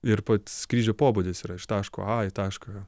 ir pats skrydžio pobūdis yra iš taško a į tašką